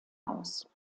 aus